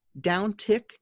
downtick